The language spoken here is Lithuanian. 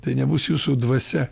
tai nebus jūsų dvasia